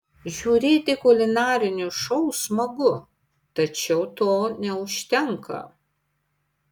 žiūrėti kulinarinius šou smagu tačiau to neužtenka